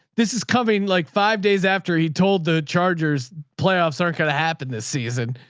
this is coming like five days after he told the chargers playoffs, aren't going to happen this season.